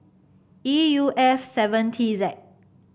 E U F seven T Z